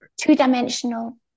two-dimensional